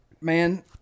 Man